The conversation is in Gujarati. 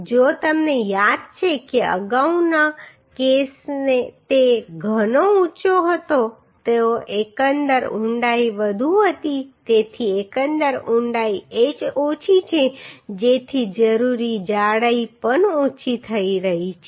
જો તમને યાદ છે કે અગાઉનો કેસ તે ઘણો ઊંચો હતો તો એકંદર ઊંડાઈ વધુ હતી તેથી એકંદર ઊંડાઈ h ઓછી છે તેથી જરૂરી જાડાઈ પણ ઓછી થઈ રહી છે